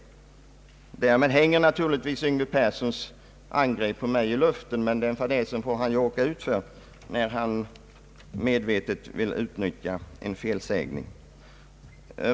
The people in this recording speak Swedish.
Därmed hänger naturligtvis herr Yngve Perssons angrepp på mig i luften, men den fadäsen får han råka ut för, när han medvetet vill utnyttja en felsägning.